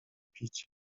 pić